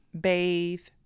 bathe